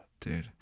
Dude